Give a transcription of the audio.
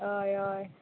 हय हय